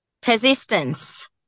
persistence